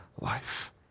life